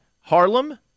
Harlem